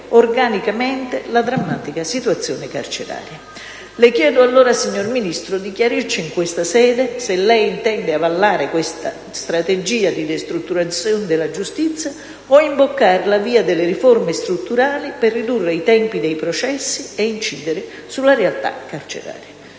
organicamente, la drammatica situazione carceraria. Le chiedo allora, signor Ministro, di chiarirci in questa sede se intende avallare questa strategia di destrutturazione della giustizia o imboccare la via delle riforme strutturali per ridurre i tempi dei processi e incidere sulla realtà carceraria